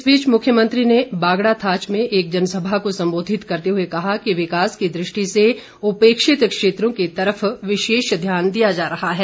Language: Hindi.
इस बीच मुख्यमंत्री ने बागड़ाथाच में एक जनसभा को सम्बोधित करते हुए कहा कि विकास की दृष्टि से उपेक्षित क्षेत्रों की तरफ विशेष ध्यान दिया जा रहा है